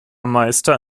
meister